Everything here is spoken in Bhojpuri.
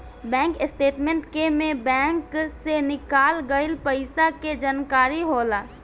बैंक स्टेटमेंट के में बैंक से निकाल गइल पइसा के जानकारी होला